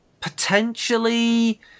potentially